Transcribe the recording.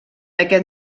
aquest